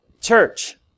church